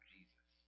Jesus